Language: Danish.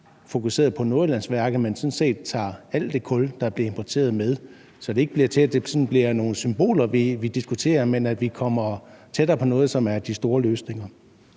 fokuseret på Nordjyllandsværket, men sådan set tager alt det kul, der bliver importeret, med, så det ikke bliver symboler, vi diskuterer, men kommer tættere på noget, som er de store løsninger?